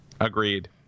Agreed